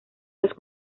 los